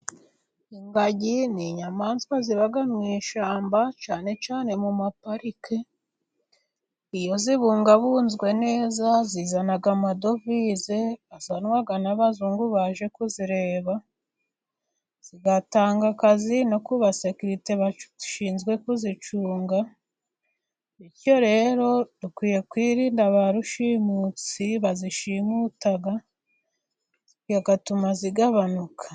Ingagi ni inyamaswa ziba mu ishyamba, cyane cyane mu maparike iyo zibungabunzwe neza zizana amadovize azanwa n'abazungu baje kuzireba, zigatanga akazi no ku basekirite bashinzwe kuzicunga, bityo rero dukwiye kwirinda ba rushimusi bazishimuta bigatuma zigabanuka.